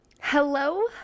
Hello